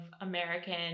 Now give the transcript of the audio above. American